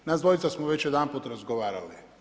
Nas dvojica smo već jedanput razgovarali.